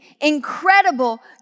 incredible